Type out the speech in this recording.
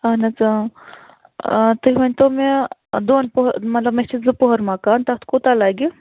اَہَن حظ تُہۍ ؤنۍتَو مےٚ دۅن پوٚ مطلب مےٚ چھِ زٕ پوٚہر مکان تتھ کوٗتاہ لگہِ